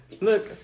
Look